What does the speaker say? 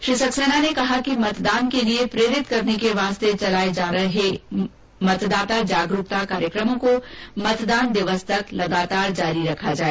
श्री सक्सैना ने कहा कि मतदान हेतु प्रेरित करने के लिए चलाए जा रहे जागरूकता कार्यक्रमों को मतदान दिवस तक लगातार जारी रखा जाए